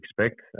expect